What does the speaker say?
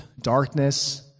darkness